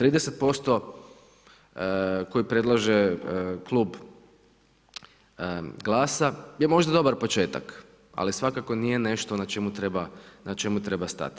30% koji predlaže klub GLAS-a je možda dobar početak ali svakako nije nešto na čemu treba stati.